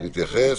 נתייחס.